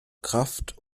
kraft